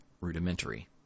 rudimentary